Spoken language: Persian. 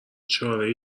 چاره